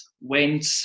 went